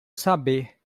saber